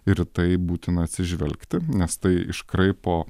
ir į tai būtina atsižvelgti nes tai iškraipo